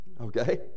Okay